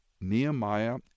Nehemiah